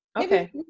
okay